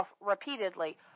repeatedly